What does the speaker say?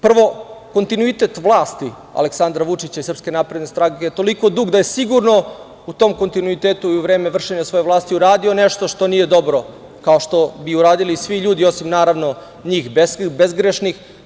Prvo, kontinuitet vlast Aleksandra Vučića i SNS je toliko dug da je sigurno u tom kontinuitetu i u vreme vršenja svoje vlasti uradio nešto što nije dobro, kao što bi uradili svi ljudi osim naravno njih bezgrešnih.